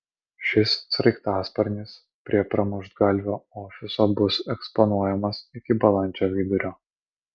šis sraigtasparnis prie pramuštgalvio ofiso bus eksponuojamas iki balandžio vidurio